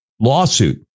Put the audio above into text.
lawsuit